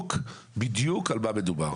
בדיוק על מה מדובר.